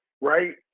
right